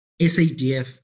SADF